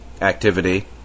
activity